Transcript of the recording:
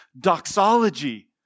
doxology